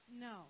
No